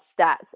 stats